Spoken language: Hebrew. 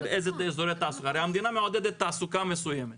הרי המדינה מעודדת תעסוקה מסוימת